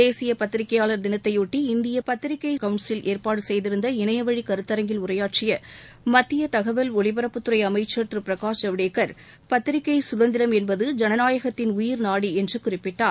தேசியபத்திரிகையாளர் தினத்தையொட்டி இந்தியபத்திரிகைகவுன்சில் ஏற்பாடுசெய்திருந்த இணையவழிகருத்தரங்கில் உரையாற்றியமத்தியதகவல் ஒலிபரப்புத்துறைஅமைச்ச் திருபிரகாஷ் ஜவடேக்கள் பத்திரிகைசுதந்திரம் என்பது ஜனநாயகத்தின் உயிர்நாடிஎன்றுகுறிப்பிட்டார்